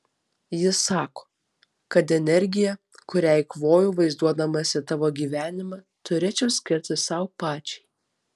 ji sako kad energiją kurią eikvoju vaizduodamasi tavo gyvenimą turėčiau skirti sau pačiai